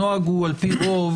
הנוהג הוא על פי רוב,